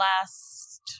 last